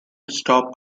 stop